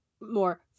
more